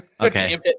Okay